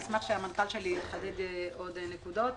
אשמח שהמנכ"ל שלי יחדד עוד נקודות,